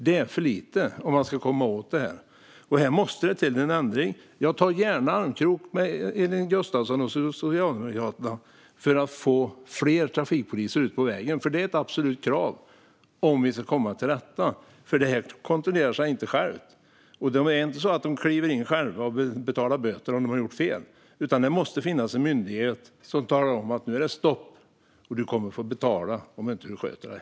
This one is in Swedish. Det är för få om man ska komma åt det här. Det måste till en ändring. Jag går gärna i armkrok med Elin Gustafsson och Socialdemokraterna för att få ut fler trafikpoliser på vägarna. Det är ett absolut krav om vi ska komma till rätta med det här. Det kontrollerar inte sig självt. Det är inte på det sättet att de som har gjort fel själva kliver in och betalar böter. Det måste finnas en myndighet som talar om att det är stopp och att man kommer att få betala om man inte sköter sig.